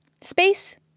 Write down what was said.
Space